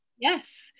yes